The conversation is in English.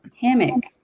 hammock